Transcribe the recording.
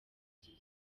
gihe